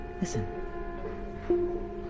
Listen